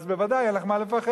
אז בוודאי אין לך מה לפחד.